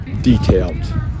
detailed